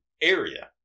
area